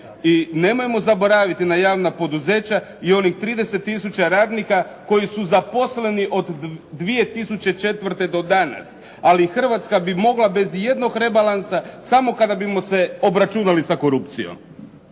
I nemojmo zaboraviti na javna poduzeća i onih 30 tisuća radnika koji su zaposleni od 2004. do danas. Ali Hrvatska bi mogla bez ijednog rebalansa samo kada bismo se obračunali sa korupcijom.